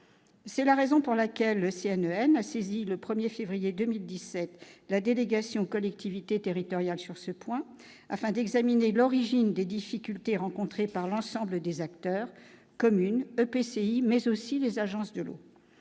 c'est la raison pour laquelle le CNN a saisi le 1er février 2017 la délégation collectivités territoriales sur ce point, afin d'examiner l'origine des difficultés rencontrées par l'ensemble des acteurs comme PCI mais aussi les agences de l'eau,